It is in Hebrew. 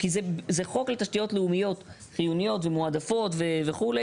כי זה חוק לתשתיות לאומיות חיוניות ומועדפות וכו',